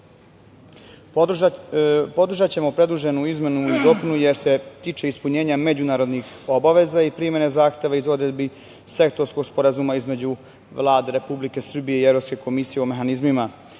predloženu izmenu i dopunu jer se tiče ispunjenja međunarodnih obaveza i primene zahteva iz odredbi sektorskog sporazuma između Vlade Republike Srbije i Evropske komisije o mehanizmima